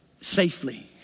safely